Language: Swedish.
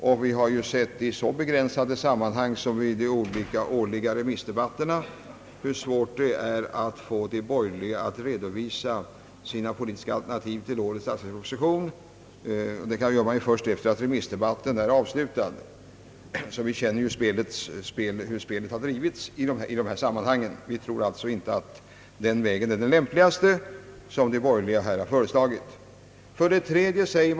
Och vi har i så begränsade sammanhang som de olika årliga remissdebatterna sett hur omöjligt det är att få de borgerliga att redovisa sina politiska alternativ i samband med att statsverkspropositionen lämnas fram; det gör man först sedan remissdebatten avslutats. Vi känner ju till hur spelet har drivits i dessa sammanhang och tror alltså inte att de borgerliga här har föreslagit den lämpligaste vägen.